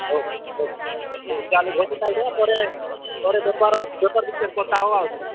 ହଉ ହଉ ହଉ ଚାଲେ ଭୋଜି ଖାଇଦେବା ପରେ ଘରେ ବେପାର ବିଷୟରେ କଥା ହେବା ଆହୁରି